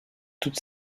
toute